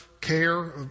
care